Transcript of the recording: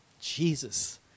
Jesus